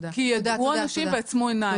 כי ידעו אנשים ועצמו עיניים.